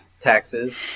Taxes